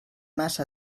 massa